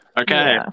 Okay